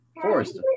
forest